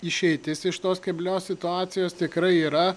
išeitis iš tos keblios situacijos tikrai yra